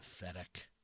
pathetic